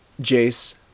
Jace